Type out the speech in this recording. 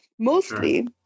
Mostly